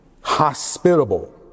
Hospitable